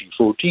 2014